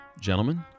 Gentlemen